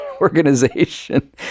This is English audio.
Organization